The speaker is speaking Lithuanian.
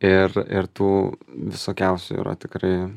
ir ir tų visokiausių yra tikrai